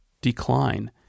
decline